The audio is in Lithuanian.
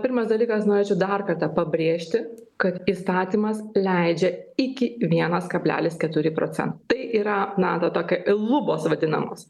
pirmas dalykas norėčiau dar kartą pabrėžti kad įstatymas leidžia iki vienas kablelis keturi procento tai yra na tą tokią lubos vadinamos